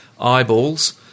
eyeballs